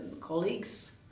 colleagues